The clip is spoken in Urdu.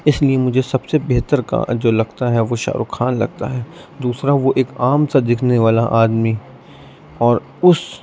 اس لیے مجھے سب سے بہتر کا جو لگتا ہے وہ شاہ رخ خان لگتا ہے دوسرا وہ ایک عام سا دکھنے والا آدمی اور اس